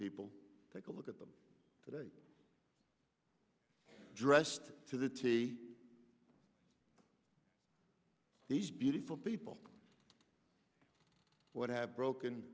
people take a look at them today dressed to the tee these beautiful people would have broken